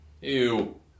Ew